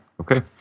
okay